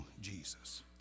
Jesus